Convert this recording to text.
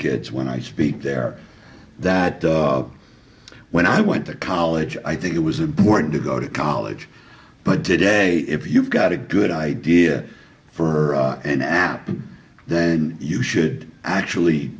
kids when i speak there that when i went to college i think it was important to go to college but today if you've got a good idea for an app then you should actually